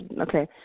okay